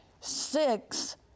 six